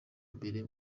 imbere